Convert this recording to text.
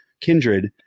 kindred